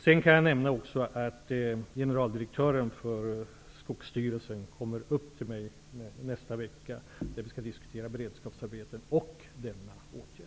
Jag kan även nämna att Skogsstyrelsens generaldirektör kommer upp till mig i nästa vecka för att diskutera beredskapsarbeten samt dessa åtgärder.